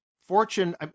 fortune